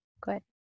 Good